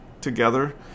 together